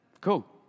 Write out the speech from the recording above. Cool